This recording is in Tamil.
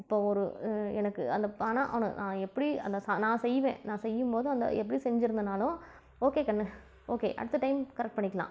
இப்போ ஒரு எனக்கு அந்த ஆனால் நான் எப்படி அந்த சா நான் செய்வேன் நான் செய்யும்போது அந்த எப்படி செஞ்சுருந்தனாலும் ஓகே கண்ணு ஓகே அடுத்த டைம் கரெக்ட் பண்ணிக்கலாம்